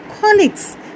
colleagues